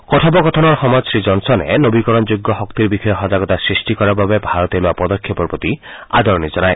কথোপকথনৰ সময়ত শ্ৰী জনছনে নৱীকৰণযোগ্য শক্তিৰ বিষয়ে সজাগতা সৃষ্টি কৰাৰ বাবে ভাৰতে লোৱা পদক্ষেপৰ প্ৰতি আদৰণি জনায়